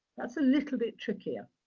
that's a little bit trickier.